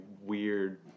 weird